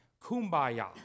kumbaya